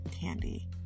candy